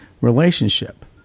relationship